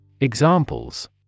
Examples